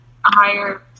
higher